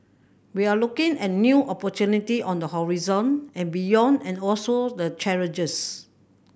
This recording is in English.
we are looking at new opportunity on the horizon and beyond and also the challenges